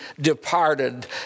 departed